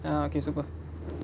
ah okay super